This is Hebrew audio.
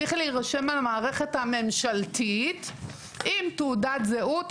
צריך להירשם על המערכת הממשלתית עם תעודת זהות,